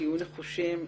תהיו נחושים,